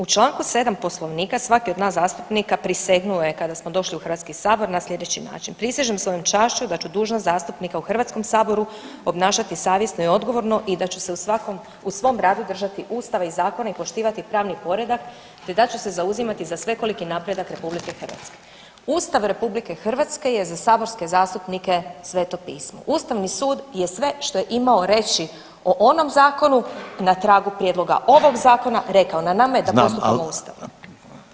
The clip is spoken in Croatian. U čl. 7 Poslovnika svaki od nas zastupnika prisegnuo je kada smo došli u HS na sljedeći način „Prisežem svojom čašću da ću dužnost zastupnika u Hrvatskom saboru obnašati savjesno i odgovorno, da ću se u svom radu držati Ustava i zakona i poštivati pravni predak te da ću se zauzimati za svekoliki napredak RH.“ Ustav RH je za saborske zastupnike Sveto Pismo, Ustavni sud je sve što je imao reći o onom zakonu na tragu prijedloga ovog zakona rekao na nama je da postupamo ustavno.